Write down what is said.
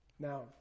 now